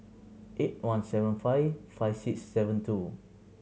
eight one seven five five six seven two